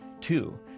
Two